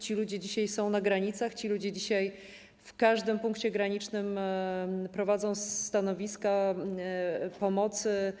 Ci ludzie dzisiaj są na granicach, ci ludzie dzisiaj w każdym punkcie granicznym prowadzą stanowiska pomocy.